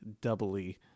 doubly